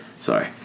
Sorry